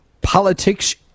politics